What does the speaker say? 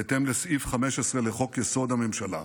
בהתאם לסעיף 15 לחוק-יסוד: הממשלה,